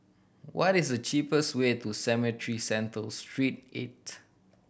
what is the cheapest way to Cemetry Central Street Eight